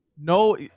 No